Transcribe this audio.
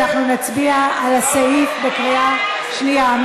אנחנו נצביע על הסעיפים בקריאה שנייה.